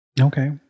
Okay